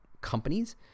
companies